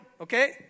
okay